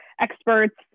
experts